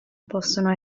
possono